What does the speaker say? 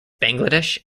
bangladesh